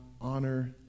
honor